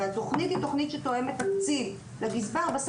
והתכנית היא תכנית שתואמת תקציב לגזבר יש